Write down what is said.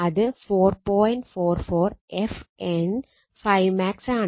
ഇത് R M S voltage ആണ്